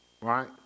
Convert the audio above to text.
right